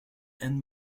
and